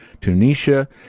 Tunisia